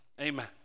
Amen